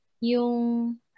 yung